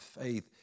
faith